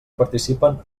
participen